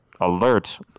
Alert